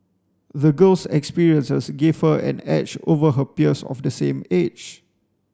the girl's experiences gave her an edge over her peers of the same age